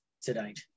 tonight